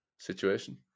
Situation